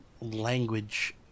language